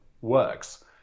works